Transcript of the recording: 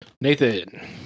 Nathan